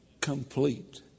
Complete